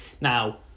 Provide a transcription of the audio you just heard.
Now